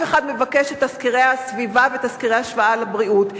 אחד מבקש את תסקירי הסביבה ותסקירי השפעה על הבריאות?